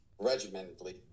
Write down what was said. regimentedly